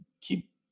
keep